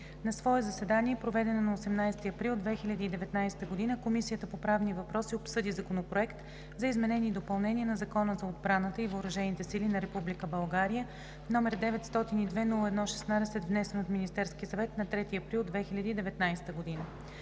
На свое заседание, проведено на 18 април 2019 г., Комисията по правни въпроси обсъди Законопроект за изменение и допълнение на Закона за отбраната и въоръжените сили на Република България, № 902-01-16, внесен от Министерския съвет на 3 април 2019 г.